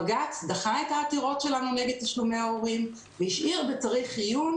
בג"ץ דחה את העתירות שלנו נגד תשלומי ההורים והשאיר ב"צריך עיון"